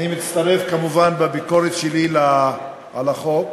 אני מצטרף כמובן בביקורת שלי על החוק